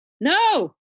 No